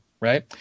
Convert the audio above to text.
right